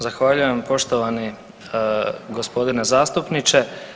Zahvaljujem poštovani g. zastupniče.